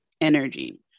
energy